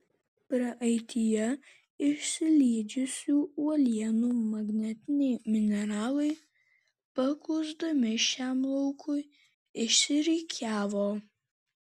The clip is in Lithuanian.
praeityje išsilydžiusių uolienų magnetiniai mineralai paklusdami šiam laukui išsirikiavo